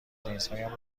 لنزهایم